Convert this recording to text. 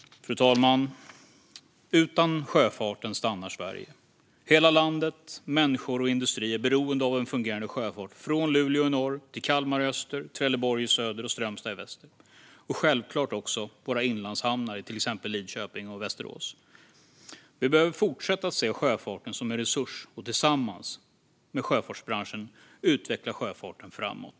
Fru talman! Utan sjöfarten stannar Sverige. Hela landet, människor och industri är beroende av en fungerade sjöfart från Luleå i norr till Kalmar i öster, Trelleborg i söder och Strömstad i väster och självklart också våra inlandshamnar i till exempel Lidköping och Västerås. Vi behöver fortsätta att se sjöfarten som en resurs och tillsammans med sjöfartsbranschen utveckla sjöfarten framåt.